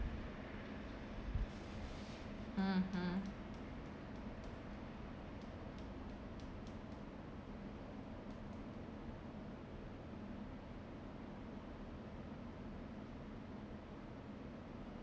mmhmm